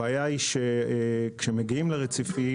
הבעיה היא שכשמגיעים לרציפים,